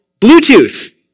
Bluetooth